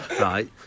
right